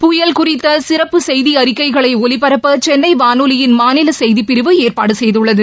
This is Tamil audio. புயல் குறித்த சிறப்பு செய்தி அறிக்கைகளை ஒலிபரப்ப சென்னை வானொலியின் மாநில செய்திப்பிரிவு ஏற்பாடு செய்துள்ளது